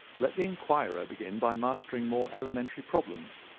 let the enquirer begin by mastering more elementary problems.